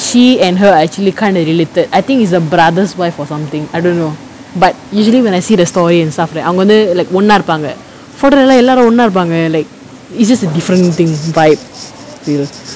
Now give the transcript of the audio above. she and her are actually kind of related I think is the brother's wife or something I don't know but usually when I see the story and stuff அவங்க வந்து:avanga vanthu like ஒன்னா இருப்பாங்க:onnaa iruppaanga photo லலா எல்லாரும் ஒன்னா இருப்பாங்க:lalaa ellaarum onnaa irupaanga like it's just a different thing vibe I feel